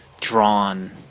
drawn